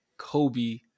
Kobe